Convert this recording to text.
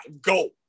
go